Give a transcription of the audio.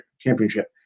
championship